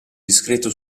discreto